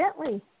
Gently